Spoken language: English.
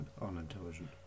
unintelligent